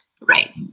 Right